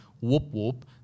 whoop-whoop